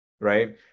right